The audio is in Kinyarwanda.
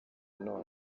none